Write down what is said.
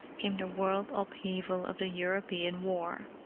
came the world-upheaval of the european war,